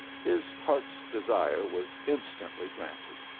his heart's desire was instantly granted.